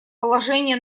положение